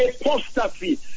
apostasy